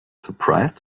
surprise